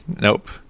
Nope